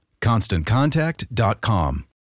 ConstantContact.com